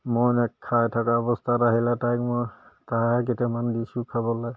মই খাই থকা অৱস্থাত আহিলে তাইক মই তাৰে কেইটামান দিছোঁ খাবলৈ